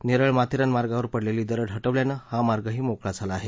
नेरळ माथेरान मार्गावर पडलेली दरड हटवल्यानं हा मार्गही मोकळा झाला आहे